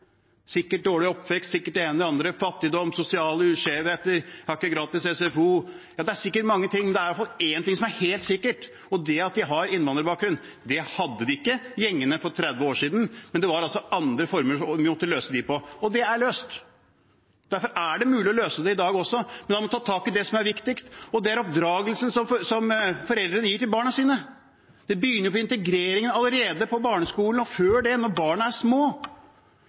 sikkert dårlig oppvekst og sikkert det ene med det andre, fattigdom, sosiale skjevheter, de har ikke gratis SFO – ja, det er sikkert mange ting, men det er iallfall én ting som er helt sikkert, og det er at de har innvandrerbakgrunn. Det hadde de ikke i gjengene for 30 år siden, men da var det andre måter vi måtte løse det på, og det er løst. Derfor er det mulig å løse det i dag også, men man må ta tak i det som er viktigst, og det er oppdragelsen som foreldrene gir til barna sine. Det begynner med integreringen allerede på barneskolen og før det, når barna er små.